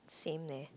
same leh